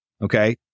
Okay